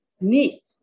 need